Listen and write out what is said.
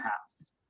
house